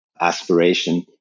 Aspiration